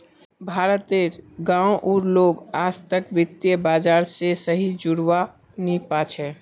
भारत तेर गांव उर लोग आजतक वित्त बाजार से सही से जुड़ा वा नहीं पा छे